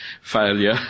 failure